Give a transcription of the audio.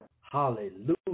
Hallelujah